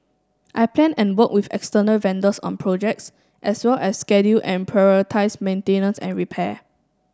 I plan and work with external vendors on projects as well as schedule and prioritise maintenance and repair